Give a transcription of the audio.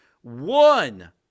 One